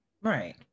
Right